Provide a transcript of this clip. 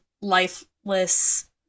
lifeless